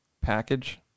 package